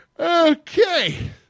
Okay